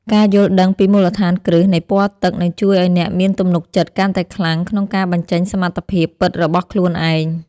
ការយល់ដឹងពីមូលដ្ឋានគ្រឹះនៃពណ៌ទឹកនឹងជួយឱ្យអ្នកមានទំនុកចិត្តកាន់តែខ្លាំងក្នុងការបញ្ចេញសមត្ថភាពពិតរបស់ខ្លួនឯង។